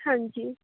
ਹਾਂਜੀ